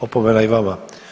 Opomena i vama.